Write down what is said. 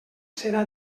serà